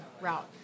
route